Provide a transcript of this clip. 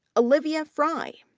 olivia frye.